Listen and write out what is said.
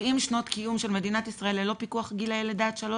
70 שנות קיום של מדינת ישראל ללא פיקוח על גיל לידה עד שלוש,